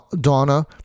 Donna